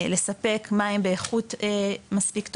בלספק מים באיכות מספיק טובה,